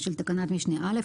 של תקנת משנה (א),